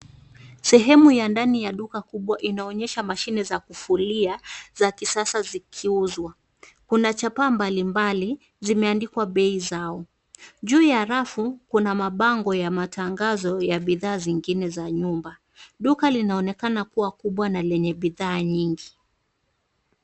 Sehemu ya ndani ya duka kubwa inaonyesha mashine, za kufulia, za kisasa zikiuzwa, kuna chapa mbalimbali, zimeandikwa bei zao. Juu ya rafu, kuna mabango ya matangazo ya bidhaa zingine za nyumba. Duka linaonekana kuwa kubwa na lenye bidhaa nyingi.